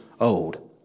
old